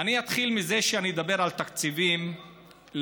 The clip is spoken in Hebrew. אני אתחיל בזה שאני אדבר על תקציבים לתוכניות